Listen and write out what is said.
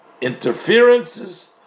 interferences